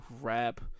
rap